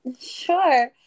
Sure